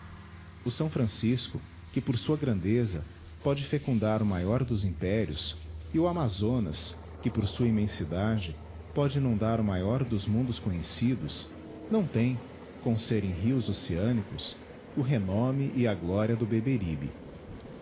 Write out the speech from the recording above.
o s francisco que por sua grandeza pode fecnndar o maior dos impérios e o amazonas que por sua immensidade pode inundar o maior dos mundos conhecidos não têm com serem rios oceânicos o renome e a gloria do beberibe